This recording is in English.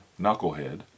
knucklehead